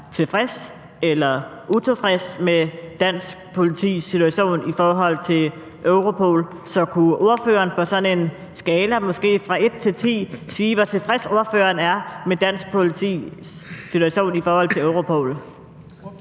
tilfreds eller utilfreds med dansk politis situation i forhold til Europol. Så kunne ordføreren på en skala måske fra 1 til 10 sige, hvor tilfreds ordføreren er med dansk politis situation i forhold til Europol?